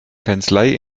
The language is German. kanzlei